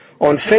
on